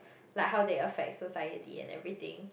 like how they affect society and everything